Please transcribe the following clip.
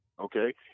okay